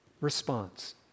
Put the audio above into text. response